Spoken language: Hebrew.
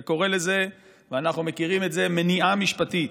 אתה קורא לזה, ואנחנו מכירים את זה, מניעה משפטית,